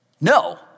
No